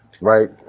right